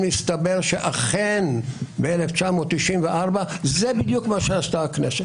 הסתבר שאכן ב-1994 זה בדיוק מה שעשתה הכנסת.